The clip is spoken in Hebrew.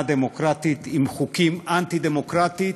דמוקרטית עם חוקים אנטי-דמוקרטיים,